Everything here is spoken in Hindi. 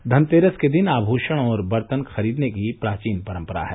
धनतेरस के दिन आमूषण और बर्तन खरीदने की प्राचीन परम्परा है